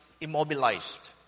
immobilized